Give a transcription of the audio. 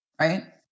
right